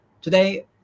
Today